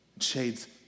Shades